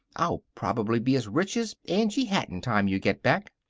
i'll probably be as rich as angie hatton time you get back.